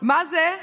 מה זה?